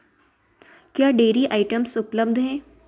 क्या dairy items उपलब्ध हैं